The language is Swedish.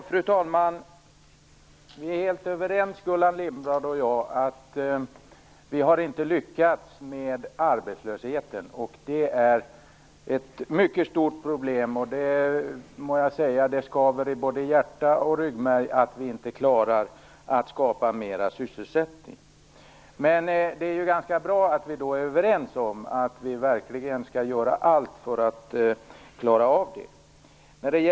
Fru talman! Gullan Lindblad och jag är helt överens om att vi inte har lyckats med arbetslösheten. Det är ett mycket stort problem. Jag må säga att det skaver i både hjärta och ryggmärg för att vi inte klarar att skapa mera sysselsättning. Men det är bra att vi är överens om att vi verkligen skall göra allt för att klara av det.